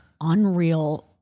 unreal